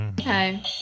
Okay